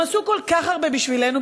הם עשו כל כך הרבה בשבילנו,